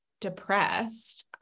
depressed